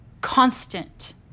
constant